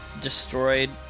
destroyed